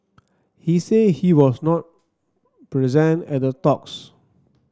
he said he was not present at the talks